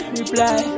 reply